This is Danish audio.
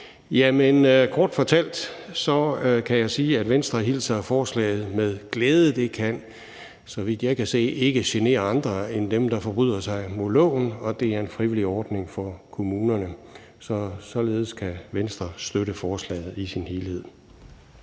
Kort fortalt kan jeg sige, at Venstre hilser forslaget med glæde. Det kan, så vidt jeg kan se, ikke genere andre end dem, der forbryder sig mod loven, og det er en frivillig ordning for kommunerne. Således kan Venstre støtte forslaget i sin helhed.